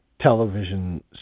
television